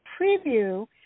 preview